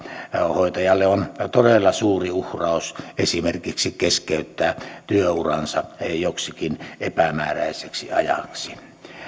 hoitajalle on todella suuri uhraus esimerkiksi keskeyttää työuransa joksikin epämääräiseksi ajaksi